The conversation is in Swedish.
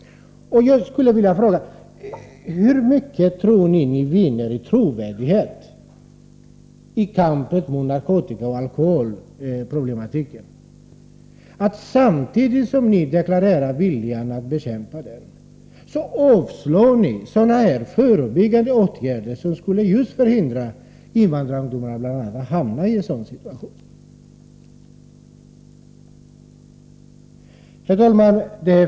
Jag skulle vilja fråga: Hur mycket tror ni att ni vinner i trovärdighet i kampen mot narkotikaoch alkoholproblematiken när ni, samtidigt som ni deklarerar viljan att bekämpa den, avstyrker förslag om sådana förebyggande åtgärder som just skulle hindra bl.a. invandrarungdomar att hamna i en sådan situation? Herr talman!